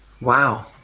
Wow